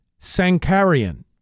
Sankarian